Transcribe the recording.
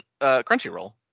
Crunchyroll